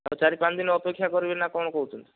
ଆଉ ଚାରି ପାଞ୍ଚ ଦିନ ଅପେକ୍ଷା କରିବେନା ନା କଣ କହୁଛନ୍ତି